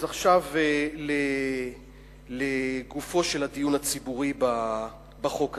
אז עכשיו לגופו של הדיון הציבורי בחוק הזה.